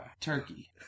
Turkey